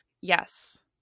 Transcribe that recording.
yes